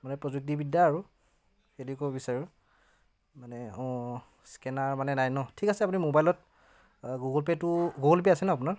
মানে প্ৰযুক্তিবিদ্যা আৰু সেইটোৱেই ক'ব বিচাৰোঁ মানে অঁ স্কেনাৰ মানে নাই ন ঠিক আছে আপুনি ম'বাইলত গুগোল পে'টো গুগোল পে' আছে ন আপোনাৰ